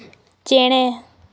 ᱪᱮᱬᱮ